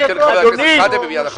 אני אתן לחבר הכנסת שחאדה, ומייד אחריו.